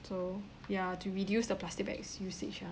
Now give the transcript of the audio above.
so ya to reduce the plastic bags usage ah